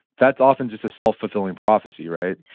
that's often just a self-fulfilling prophecy, right?